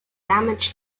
damage